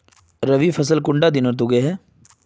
रवि फसल कुंडा दिनोत उगैहे?